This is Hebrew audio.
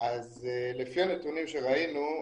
לפי הנתונים שראינו,